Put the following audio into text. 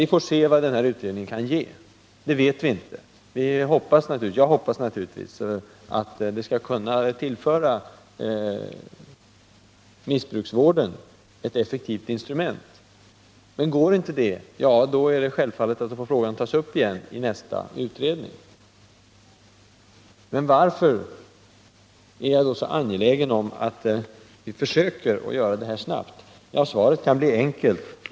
Vi får se vad den här utredningen kan ge. Det vet vi inte. Jag hoppas naturligtvis att den skall kunna tillföra missbruksvården ett effektivt instrument, men går inte det är det självklart att frågan får tas upp igen, i nästa utredning. Men varför är jag då så angelägen om att vi försöker göra detta snabbt? Svaret kan bli enkelt.